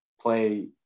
play –